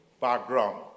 background